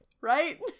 right